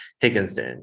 Higginson